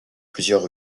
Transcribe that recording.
plusieurs